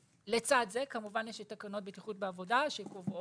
לצד זה, כמובן יש את תקנות בטיחות בעבודה שקובעות